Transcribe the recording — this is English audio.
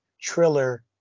triller